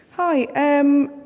Hi